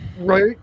right